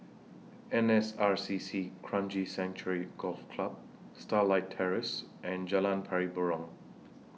N S R C C Kranji Sanctuary Golf Club Starlight Terrace and Jalan Pari Burong